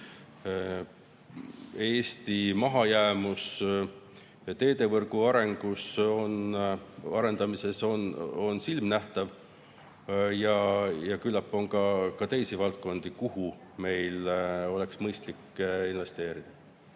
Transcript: Eesti mahajäämus teedevõrgu arendamises on silmanähtav ja küllap on ka teisi valdkondi, kuhu meil oleks mõistlik investeerida.